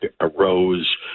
arose